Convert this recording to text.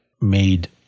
made